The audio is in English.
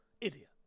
Idiot